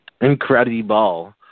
incredible